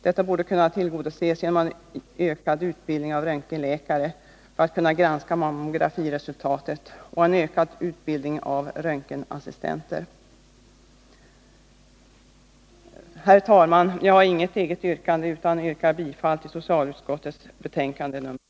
Detta behov borde kunna tillgodoses genom ökad utbildning av röntgenläkare för att de skall kunna granska mammografiresultaten och även en ökad utbildning av röntgenassistenter. Herr talman! Jag har inget eget yrkande utan yrkar bifall till socialutskottets hemställan i betänkande nr 36.